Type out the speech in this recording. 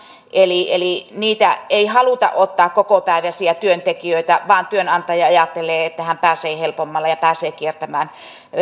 eli eli ei haluta ottaa kokopäiväisiä työntekijöitä vaan työnantaja ajattelee että hän pääsee helpommalla ja pääsee kiertämään